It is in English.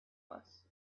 less